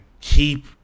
keep